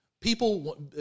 People